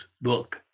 book